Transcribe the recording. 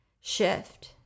shift